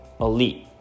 elite